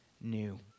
new